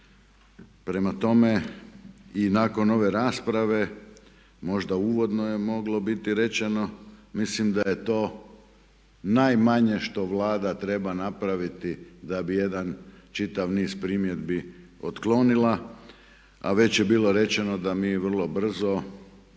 Prema tome i nakon ove rasprave možda uvodno je moglo biti rečeno, mislim da je to najmanje što Vlada treba napraviti da bi jedan čitav niz primjedbi otklonila a već je bilo rečeno da mi vrlo brzo